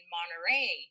Monterey